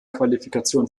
qualifikation